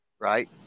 Right